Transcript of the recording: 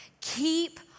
keep